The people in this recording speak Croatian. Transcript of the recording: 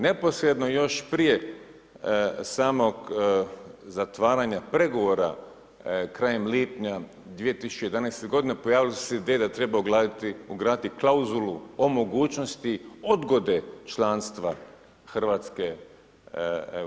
Neposredno još prije samog zatvaranja pregovora, krajem lipnja 2011. godine pojavile su se ideje da treba ugraditi klauzulu o mogućnosti odgode članstva Hrvatske u EU.